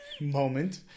moment